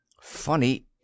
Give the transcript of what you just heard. Funny